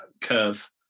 curve